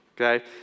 Okay